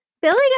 Billy